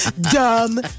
Dumb